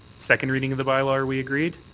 second reading of the bylaw are we agreed?